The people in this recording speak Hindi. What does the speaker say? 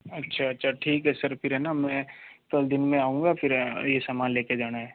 अच्छा अच्छा ठीक है सर फिर है न में कल दिन में आऊँगा फिर यह सामान ले कर जाना है